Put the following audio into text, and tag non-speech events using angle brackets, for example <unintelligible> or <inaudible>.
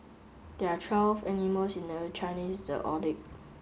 there are twelve animals in the Chinese <unintelligible>